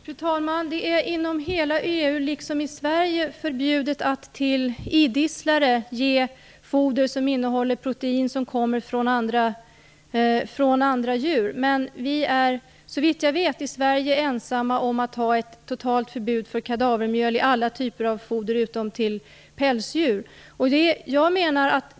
Fru talman! Det är inom hela EU liksom i Sverige förbjudet att till idisslare ge foder som innehåller protein som kommer från andra djur. Men vi är i Sverige, såvitt jag vet, ensamma om att ha ett totalförbud mot kadavermjöl i alla typer av foder utom till pälsdjur.